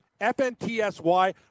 FNTSY